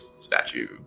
statue